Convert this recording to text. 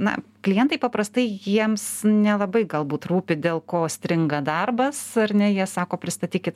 na klientai paprastai jiems nelabai galbūt rūpi dėl ko stringa darbas ar ne jie sako pristatykit